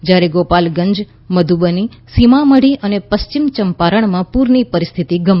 જ્યારે ગોપાલગંજ મધુબની સીમામઢી અને પશ્ચિમ ચંપારણમાં પૂરની પરિસ્થિતિ ગંભીર છે